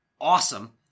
awesome